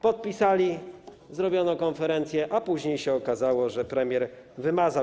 Podpisali, zrobiono konferencję, a później się okazało, że premier wymazał.